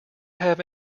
have